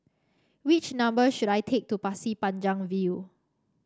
which number should I take to Pasir Panjang View